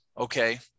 okay